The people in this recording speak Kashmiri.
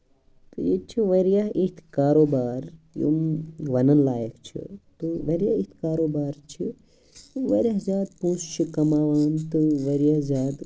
تہٕ ییٚتہِ چھِ واریاہ یِتھۍ کاروبار یِم وَنن لایَق چھِ تہٕ واریاہ کاروبار چھِ یِم واریاہ زیادٕ پونسہٕ چھِ کَماوان تہٕ واریاہ زیادٕ